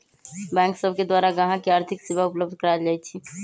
bank सब के द्वारा गाहक के आर्थिक सेवा उपलब्ध कराएल जाइ छइ